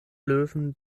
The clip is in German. löwen